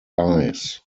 eyes